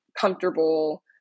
comfortable